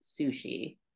sushi